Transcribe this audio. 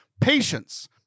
Patience